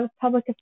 public